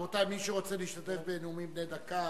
רבותי, מי שרוצה להשתתף בנאומים בני דקה,